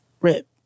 rip